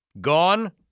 Gone